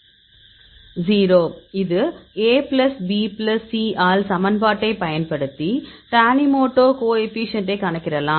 0 இது A plus B plus C ஆல் சமன்பாட்டைப் பயன்படுத்தி டானிமோடோ கோஎஃபீஷியேன்ட்டை கணக்கிடலாம்